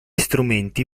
strumenti